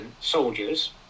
soldiers